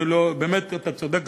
באמת, אתה צודק.